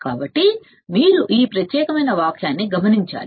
కాబట్టి మీరు ఈ ప్రత్యేకమైన వాక్యాన్ని గమనించాలి